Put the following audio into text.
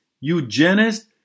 eugenist